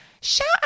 shout